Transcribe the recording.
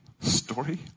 story